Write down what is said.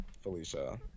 Felicia